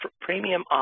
premium